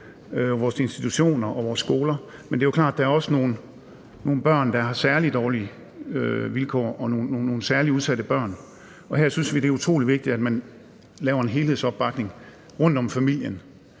vores institutioner og vores skoler. Men det er jo klart, at der også er nogle børn, der har særlig dårlige vilkår, altså nogle særlig udsatte børn, og her synes vi, det er utrolig vigtigt, at man laver en helhedsopbakning i forhold til familien